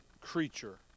creature